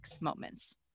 moments